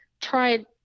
tried